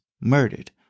Murdered